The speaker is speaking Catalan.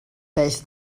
peix